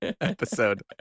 episode